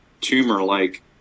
tumor-like